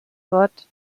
bord